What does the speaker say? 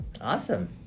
Awesome